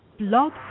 Blog